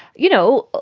you know,